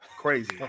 Crazy